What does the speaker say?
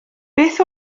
beth